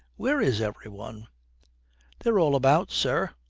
where is every one they're all about, sir.